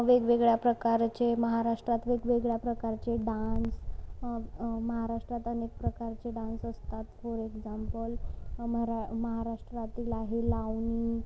वेगवेगळ्या प्रकारचे महाराष्ट्रात वेगवेगळ्या प्रकारचे डान्स महाराष्ट्रात अनेक प्रकारचे डान्स असतात फॉर एकजाम्पल मरा महाराष्ट्रातील आहे लावणी